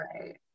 right